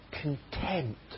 contempt